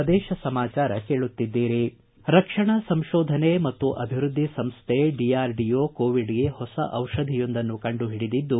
ಪ್ರದೇಶ ಸಮಾಚಾರ ಕೇಳುತ್ತಿದ್ದೀರಿ ರಕ್ಷಣಾ ಸಂಶೋಧನೆ ಮತ್ತು ಅಭಿವೃದ್ಧಿ ಸಂಸ್ಥೆ ಡಿಆರ್ಡಿಒ ಕೋವಿಡ್ಗೆ ಹೊಸ ಔಷಧಿಯೊಂದನ್ನು ಕಂಡುಹಿಡಿದಿದ್ದು